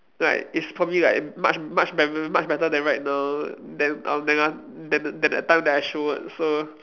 like is probably like much much better much better than right now than um than la~ than than that time I showed so